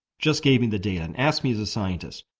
just gave me the data and asked me as a scientist,